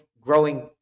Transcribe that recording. growing